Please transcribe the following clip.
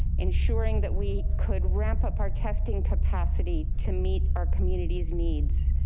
ensuring that we could ramp up our testing capacity to meet our community's needs,